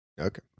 Okay